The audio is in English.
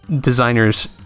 designers